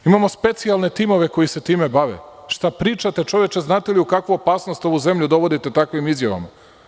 Imamo specijalne timove koji se time bave, šta pričate čoveče, znate li u kakvu opasnost ovu zemlju dovodite takvim izjavama?